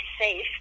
safe